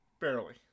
Barely